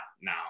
now